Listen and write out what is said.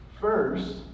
First